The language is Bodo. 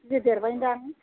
गिदिर देरबायदां